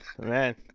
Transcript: Man